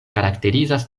karakterizas